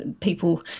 people –